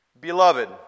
Beloved